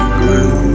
grew